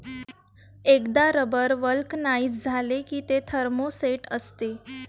एकदा rubber vulcanise झाले की ते थर्मोसेट असते